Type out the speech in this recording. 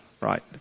right